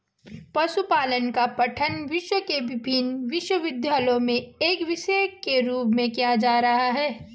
पशुपालन का पठन विश्व के विभिन्न विश्वविद्यालयों में एक विषय के रूप में किया जा रहा है